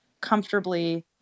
comfortably